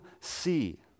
see